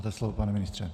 Máte slovo, pane ministře.